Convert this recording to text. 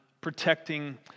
protecting